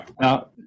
Now